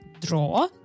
draw